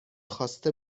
خواسته